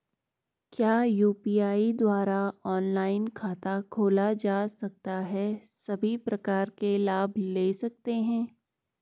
क्या यु.पी.आई द्वारा ऑनलाइन खाता खोला जा सकता है सभी प्रकार के लाभ ले सकते हैं?